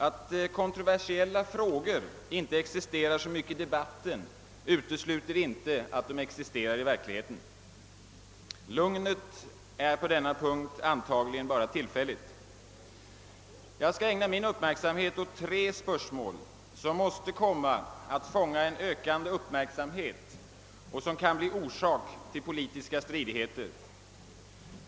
Att kontroversiella frågor inte existerar så mycket i debatten utesluter inte att de existerar i verkligheten. Lugnet på denna punkt är antagligen bara tillfälligt. Jag skall ägna min uppmärksamhet åt tre spörsmål, som måste komma att fånga en ökande uppmärksamhet och som kan bli orsak till politiska stridigheter.